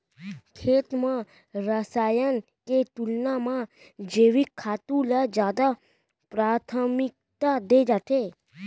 खेत मा रसायन के तुलना मा जैविक खेती ला जादा प्राथमिकता दे जाथे